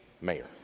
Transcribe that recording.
mayor